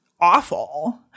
awful